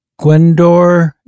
Gwendor